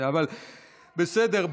בסדר,